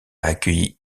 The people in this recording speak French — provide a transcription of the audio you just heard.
accueilli